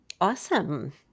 Awesome